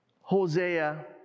Hosea